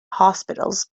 hospitals